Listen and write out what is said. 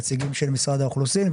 נציגים של רשות האוכלוסין,